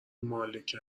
مالک